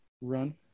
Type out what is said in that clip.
run